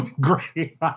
Great